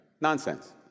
Nonsense